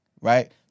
right